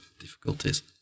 difficulties